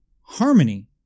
harmony